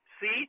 see